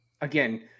again